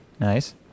nice